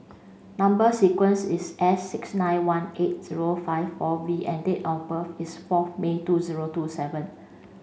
number sequence is S six nine one eight zero five four V and date of birth is fourth May two zero two seven